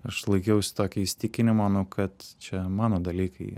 aš laikiausi tokio įsitikinimo nu kad čia mano dalykai